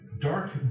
dark